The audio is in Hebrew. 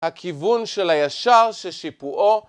הכיוון של הישר ששיפועו